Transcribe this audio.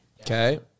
Okay